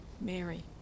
Mary